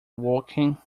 walking